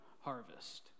harvest